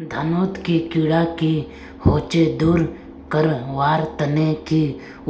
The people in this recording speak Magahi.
धानोत कीड़ा की होचे दूर करवार तने की